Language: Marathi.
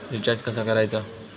रिचार्ज कसा करायचा?